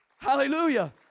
Hallelujah